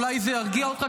אולי זה ירגיע אותך,